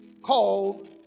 called